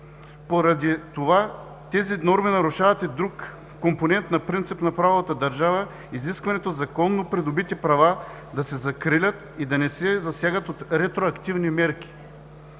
Поради това тези норми нарушават и друг компонент на принципа на правовата държава – изискването законно придобити права да се закрилят и да не се засягат от ретроактивни мерки.